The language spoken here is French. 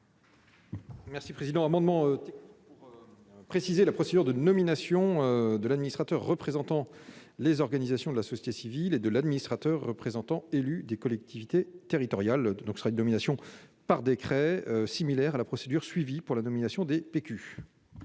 Cet amendement technique vise à préciser la procédure de nomination de l'administrateur représentant les organisations de la société civile et de l'administrateur représentant élu des collectivités territoriales. Nous proposons une nomination par décret, qui est similaire à la procédure suivie pour la nomination des